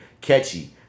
catchy